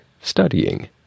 studying